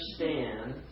understand